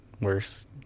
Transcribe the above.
worse